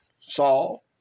Saul